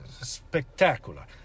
Spectacular